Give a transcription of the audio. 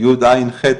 ה- י.ע.ח,